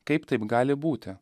kaip taip gali būti